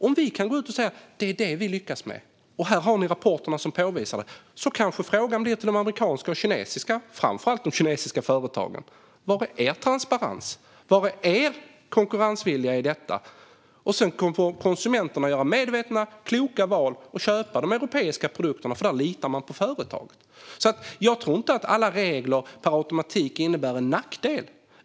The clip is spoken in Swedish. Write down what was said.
Om vi kan säga att det är vad vi vill lyckas med och att företagen har rapporterna som visar det kanske frågan till de amerikanska och kinesiska företagen, framför allt de kinesiska, blir: Var är er transparens? Var är er konkurrensvilja när det gäller detta? Sedan får konsumenterna göra medvetna och kloka val och köpa de europeiska produkterna, eftersom man litar på de företagen. Jag tror inte att alla regler per automatik innebär en nackdel.